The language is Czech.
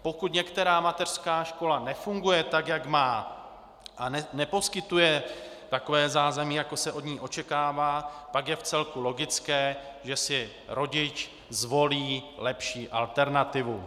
Pokud některá mateřská škola nefunguje tak, jak má, a neposkytuje takové zázemí, jaké se od ní očekává, pak je vcelku logické, že si rodič zvolí lepší alternativu.